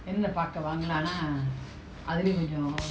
in the park awang lana elderly when you're